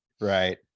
right